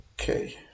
Okay